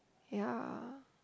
ya